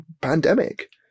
pandemic